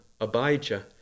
Abijah